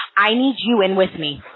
i need you in with me.